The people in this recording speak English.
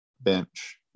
bench